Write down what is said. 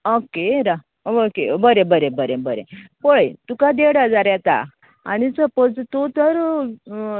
okay राव okay बरें बरें बरें बरें पळय तुका देड हजार येता आनी सपाॅज तूं तर